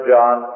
John